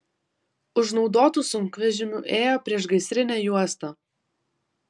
už naudotų sunkvežimių ėjo priešgaisrinė juosta